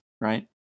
right